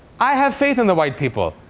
i have faith in the white people.